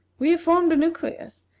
we have formed a nucleus,